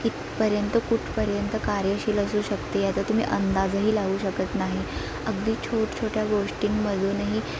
कितपर्यंत कुठपर्यंत कार्यशील असू शकते याचा तुम्ही अंदाजही लावू शकत नाही अगदी छोटा छोट्या गोष्टींमधूनही